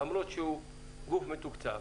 למרות שהוא גוף מתוקצב,